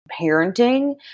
parenting